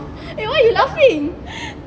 eh why you laughing